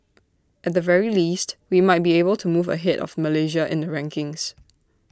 at the very least we might be able to move ahead of Malaysia in the rankings